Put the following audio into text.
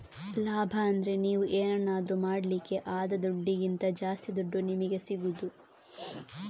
ಲಾಭ ಅಂದ್ರೆ ನೀವು ಏನನ್ನಾದ್ರೂ ಮಾಡ್ಲಿಕ್ಕೆ ಆದ ದುಡ್ಡಿಗಿಂತ ಜಾಸ್ತಿ ದುಡ್ಡು ನಿಮಿಗೆ ಸಿಗುದು